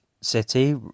City